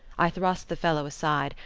i thrust the fellow aside,